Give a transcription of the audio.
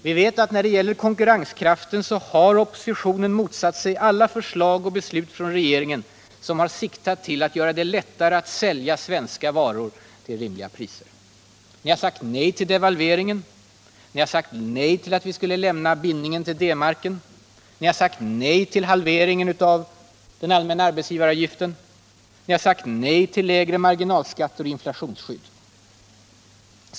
Vi vet att när det gäller konkurrenskraften har oppositionen motsatt sig alla förslag och beslut från regeringen som har siktat till att göra det lättare att sälja svenska varor till rimliga priser. Ni har sagt nej till devalveringen. Ni har sagt nej till att vi skulle lämna bindningen vid D-marken. Ni har sagt nej till halveringen av den allmänna arbetsgivaravgiften. Ni har sagt nej till lägre marginalskatter och inflationsskydd.